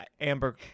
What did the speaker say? amber